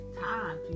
time